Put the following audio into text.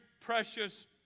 precious